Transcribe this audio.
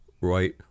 right